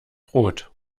brot